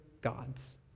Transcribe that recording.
gods